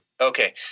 okay